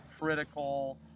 critical